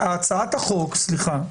הצעת החוק, סליחה,